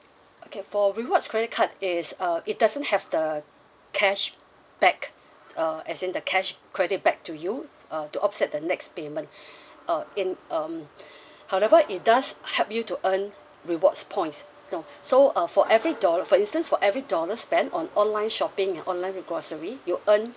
okay for rewards credit card it's a it doesn't have the cashback uh as in the cash credit back to you uh to offset the next payment uh in um however it does help you to earn rewards points so uh for every dollar for instance for every dollar spent on online shopping and online grocery you earn